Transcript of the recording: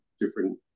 different